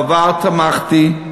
בעבר תמכתי.